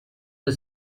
the